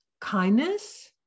kindness